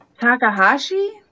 Takahashi